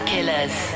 Killers